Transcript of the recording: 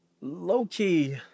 low-key